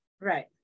Right